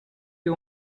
you